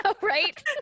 right